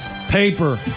paper